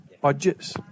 budgets